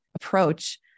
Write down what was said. approach